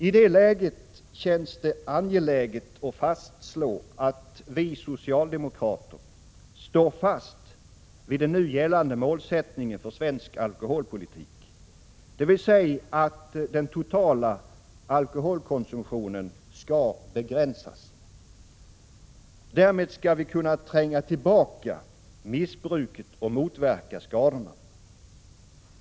I det läget känns det angeläget att fastslå att vi socialdemokrater står fast vid den nu gällande målsättningen för svensk alkoholpolitik, dvs. att den totala alkoholkonsumtionen skall begränsas. Därmed skall vi kunna tränga tillbaka missbruket och motverka skadorna.